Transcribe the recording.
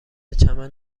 چمن